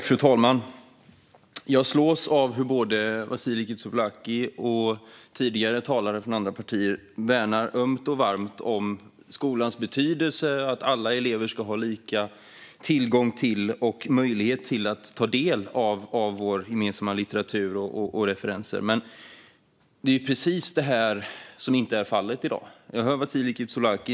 Fru talman! Jag slås av att både Vasiliki Tsouplaki och tidigare talare från andra partier ömt och varmt värnar skolans betydelse och att alla elever ska ha lika tillgång till och möjlighet att ta del av vår gemensamma litteratur och våra gemensamma referenser. Det är ju precis det som inte är fallet i dag.